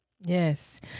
yes